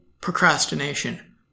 procrastination